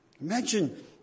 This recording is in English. Imagine